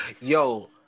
Yo